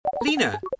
Lena